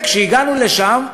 כשהגענו לשם,